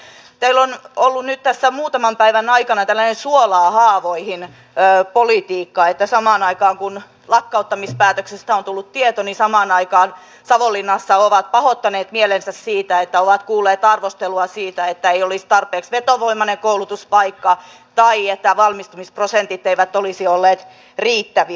teillä on ollut nyt muutaman päivän aikana tällainen suolaa haavoihin politiikka että samaan aikaan kun lakkauttamispäätöksestä on tullut tieto savonlinnassa ovat pahoittaneet mielensä siitä että ovat kuulleet arvostelua siitä että ei olisi tarpeeksi vetovoimainen koulutuspaikka tai että valmistumisprosentit eivät olisi olleet riittäviä